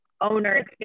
owner's